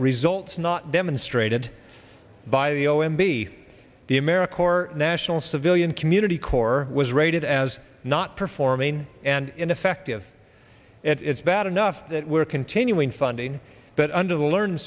results not demonstrated by the o m b the american or national civilian community corps was rated as not performing and ineffective it's bad enough that we're continuing funding but under the learn